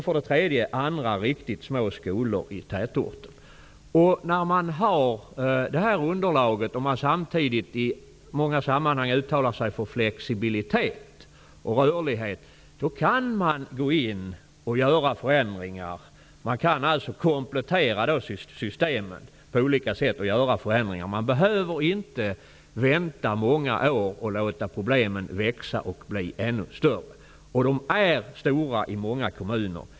För det tredje gäller det riktigt små skolor i tätorter. I många sammanhang uttalar man sig för flexibilitet och rörlighet. När man då samtidigt har det här underlaget kan man gå in och göra förändringar. Man kan komplettera systemet på olika sätt och göra förändringar. Man behöver inte vänta många år och låta problemen växa och bli ännu större. De är stora i många kommuner.